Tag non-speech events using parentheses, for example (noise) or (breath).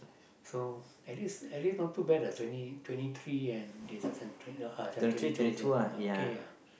so (breath) at least at least not too bad ah twenty twenty three and this one uh twenty two okay ah